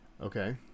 okay